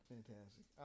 Fantastic